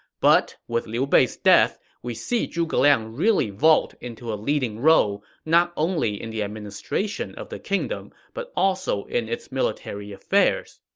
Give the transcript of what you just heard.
but with liu bei's death, we see zhuge liang really vault into a leading role, not only in the administration of the kingdom, but also in its military affairs.